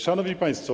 Szanowni Państwo!